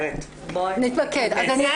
הזה.